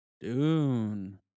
Dune